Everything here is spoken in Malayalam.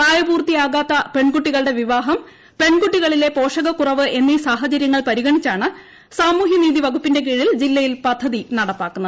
പ്രായപൂർത്തിയാകാത്ത പെൺകുട്ടികളുടെ വിവാഹം പെൺകുട്ടികളിലെ പോഷകക്കുറവ് എന്നീ സാഹചര്യങ്ങൾ പരിഗണിച്ചാണ് സാമൂഹ്യനീതി വകുപ്പിന്റെ കീഴിൽ ജില്ലയിൽ പദ്ധതി നടപ്പാക്കുന്നത്